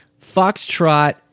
Foxtrot